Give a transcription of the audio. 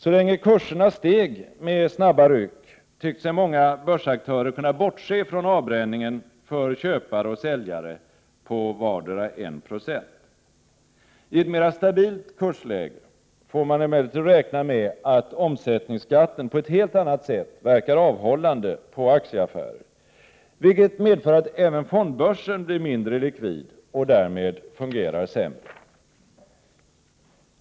Så länge kurserna steg med snabba ryck, tyckte sig många börsaktörer kunna bortse från avbränningen för köpare och säljare på vardera 1 96. I ett mera stabilt kursläge får man emellertid räkna med att omsättningsskatten på ett helt annat sätt verkar avhållande på aktieaffärer, vilket medför att även fondbörsen blir mindre likvid och därmed fungerar sämre.